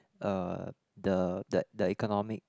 uh the the economic